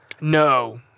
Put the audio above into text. no